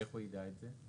איך הוא ידע על כך?